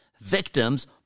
victims